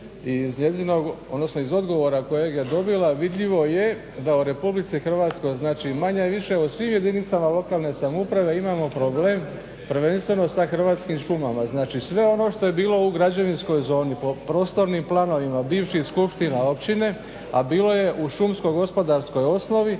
iz odgovora kojeg je dobila vidljivo je da u RH znači manje-više u svim jedinicama lokalne samouprave imamo problem prvenstveno sa hrvatskim šumama. Znači, sve ono što je bilo u građevinskoj zoni po prostornim planovima bivših skupština općine, a bilo je u šumsko-gospodarskoj osnovi